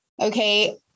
Okay